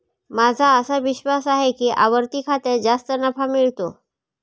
माझा असा विश्वास आहे की आवर्ती खात्यात जास्त नफा मिळतो